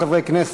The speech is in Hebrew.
(החמרת הענישה בעבירות הלנה והעסקה של שוהים בלתי חוקיים)